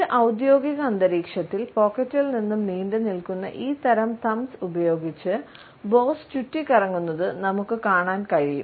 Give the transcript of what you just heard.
ഒരു ഔദ്യോഗിക അന്തരീക്ഷത്തിൽ പോക്കറ്റിൽ നിന്ന് നീണ്ടുനിൽക്കുന്ന ഈ തരം തംബ്സ് ഉപയോഗിച്ച് ബോസ് ചുറ്റിക്കറങ്ങുന്നത് നമുക്ക് കാണാൻ കഴിയും